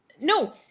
no